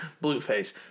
Blueface